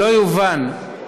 שלא יובן,